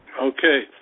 Okay